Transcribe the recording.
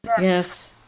Yes